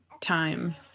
time